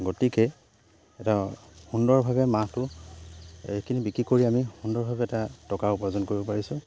গতিকে এটা সুন্দৰভাৱে মাহটো এইখিনি বিক্ৰী কৰি আমি সুন্দৰভাৱে এটা টকা উপাৰ্জন কৰিব পাৰিছোঁ